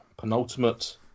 Penultimate